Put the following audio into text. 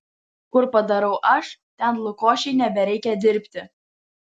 kur padarau aš ten lukošiui nebereikia dirbti